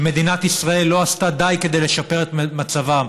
שמדינת ישראל לא עשתה די כדי לשפר את מצבם,